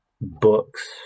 books